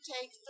take